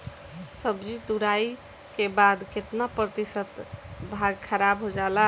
सब्जी तुराई के बाद केतना प्रतिशत भाग खराब हो जाला?